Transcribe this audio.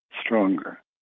stronger